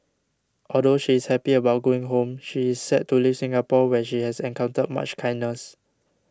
although she is happy about going home she is sad to leave Singapore where she has encountered much kindness